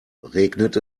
regnet